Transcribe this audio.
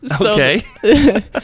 Okay